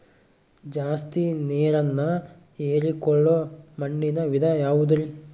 ಜಾಸ್ತಿ ನೇರನ್ನ ಹೇರಿಕೊಳ್ಳೊ ಮಣ್ಣಿನ ವಿಧ ಯಾವುದುರಿ?